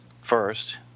first